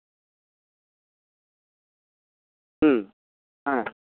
ᱦᱩᱸ ᱦᱮᱸ